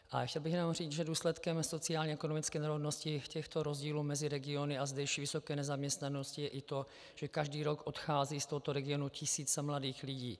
Ale chtěl bych jenom říct, že důsledkem sociálněekonomické nerovnosti těchto rozdílů mezi regiony a zdejší vysoké nezaměstnanosti je i to, že každý rok odcházejí z tohoto regionu tisíce mladých lidí.